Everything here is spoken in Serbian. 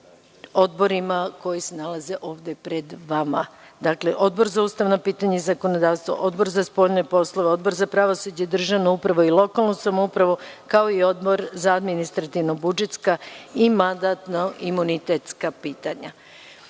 odborima koji se nalaze ovde pred vama. Dakle, Odbor za ustavna pitanja i zakonodavstvo, Odbor za spoljne poslove, Odbor za pravosuđe i državnu upravu i lokalnu samoupravu, kao i Odbor za administrativno-budžetska i mandatno-imunitetska pitanja. Stavljam